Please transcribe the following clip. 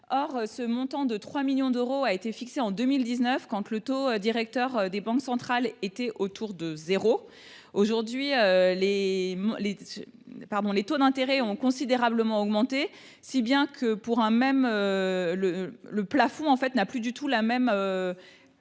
Or ce montant de 3 millions d’euros a été fixé en 2019, quand le taux directeur des banques centrales était proche de 0. Aujourd’hui, les taux d’intérêt ont considérablement augmenté, si bien que ce plafond n’a plus du tout la même